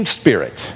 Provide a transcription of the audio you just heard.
spirit